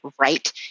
right